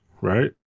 right